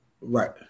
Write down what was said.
Right